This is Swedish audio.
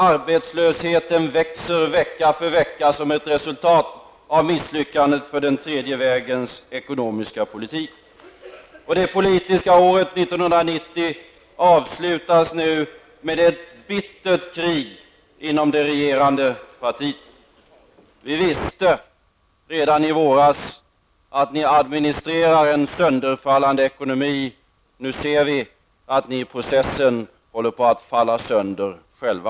Arbetslösheten växer vecka för vecka som ett resultat av misslyckanden för den tredje vägens ekonomiska politik. Det politiska året 1990 avslutas nu med ett bittert krig inom det regerande partiet. Vi visste redan i våras att ni administrerar en sönderfallande ekonomi. Nu ser vi att ni i den processen håller på att falla sönder själva.